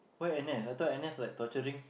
why N_S I thought N_S like torturing